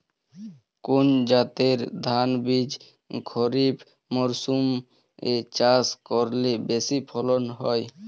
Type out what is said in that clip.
কোন জাতের ধানবীজ খরিপ মরসুম এ চাষ করলে বেশি ফলন হয়?